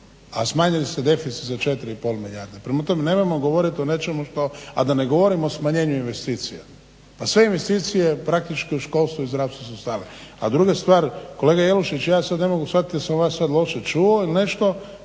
a smanjili ste deficit za 4,5 milijarde. Prema tome nemojmo govoriti o nečemu što, a da ne govorim o smanjenju investicija. Pa sve investicije praktički u školstvu i zdravstvu su stale. A druga stvar, kolega Jelušić ja sada ne mogu shvatiti jesam li ja vas loše čuo nešto